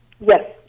Yes